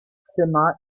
zimmer